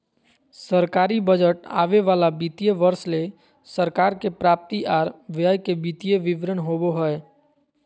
सरकारी बजट आवे वाला वित्तीय वर्ष ले सरकार के प्राप्ति आर व्यय के वित्तीय विवरण होबो हय